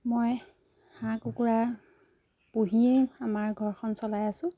মই হাঁহ কুকুৰা পুহিয়েই আমাৰ ঘৰখন চলাই আছোঁ